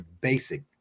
basic